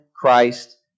Christ